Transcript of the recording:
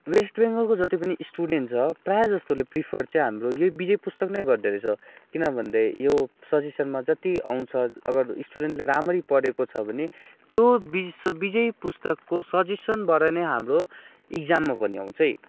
West बेङ्गलको जति पनि स्टुडेन्ट छ प्रायः जस्तोले प्रिफर चाहिँ हाम्रो यही विजय पुस्तक नै गर्दोरहेछ किनभन्दा यो सजेसनमा जति आउँछ अगर स्टुडेन्टले रामरी पढेको छ भने त्यो बिज विजय पुस्तकको सजेसनबाटै नै हाम्रो इग्जाममा पनि आउँछ है